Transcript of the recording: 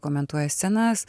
komentuoja scenas